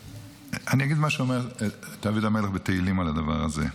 אני אגיד מה שאומר דוד המלך בתהילים על הדבר הזה.